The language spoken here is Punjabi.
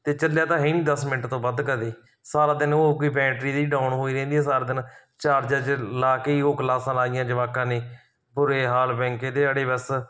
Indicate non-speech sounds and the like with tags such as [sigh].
ਅਤੇ ਚੱਲਿਆ ਤਾਂ ਹੈ ਹੀ ਨਹੀਂ ਦਸ ਮਿੰਟ ਤੋਂ ਵੱਧ ਕਦੇ ਸਾਰਾ ਦਿਨ ਉਹ ਕੋਈ ਬੈਟਰੀ ਇਹਦੀ ਡਾਊਨ ਹੋਈ ਰਹਿੰਦੀ ਆ ਸਾਰਾ ਦਿਨ ਚਾਰਜ ਜਿਹਾ ਲਗਾ ਕੇ ਹੀ ਉਹ ਕਲਾਸਾਂ ਲਗਾਈਆਂ ਜਵਾਕਾਂ ਨੇ ਬੁਰੇ ਹਾਲ [unintelligible] ਬੱਸ